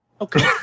okay